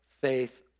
faith